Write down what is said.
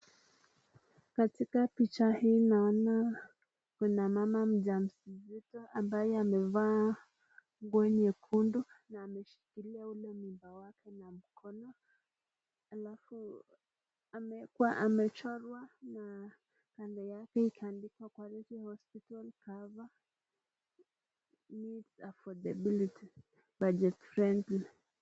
Katika picha hii naona kuna mama mjamzito ambaye amevaa nguo nyekundu na ameshikilia ule mimba wake na mkono halafu amechorwa na kando yake ikaandikwa: Quality Hospital Cover, Meets affordability, Budget friendly.